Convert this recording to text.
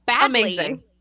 Amazing